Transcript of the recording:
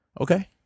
Okay